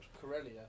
Corellia